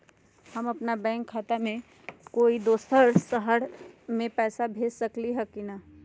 हम अपन बैंक खाता से कोई दोसर शहर में पैसा भेज सकली ह की न?